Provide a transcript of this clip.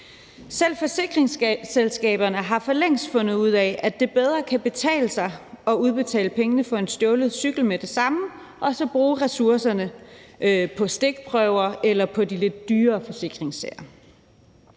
Selv forsikringsselskaberne har for længst fundet ud af, at det bedre kan betale sig at udbetale pengene for en stjålet cykel med det samme og så bruge ressourcerne på stikprøver eller på de lidt dyrere forsikringssager.